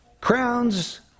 crowns